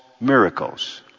miracles